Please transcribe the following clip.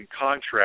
contract